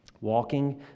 Walking